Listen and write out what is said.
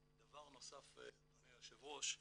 דבר נוסף אדוני היושב ראש,